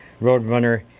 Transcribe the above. Roadrunner